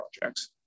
projects